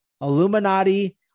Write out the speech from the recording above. Illuminati